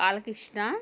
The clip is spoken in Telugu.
బాలకృష్ణ